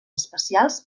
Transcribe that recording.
espacials